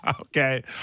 Okay